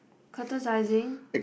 criticizing